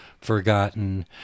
forgotten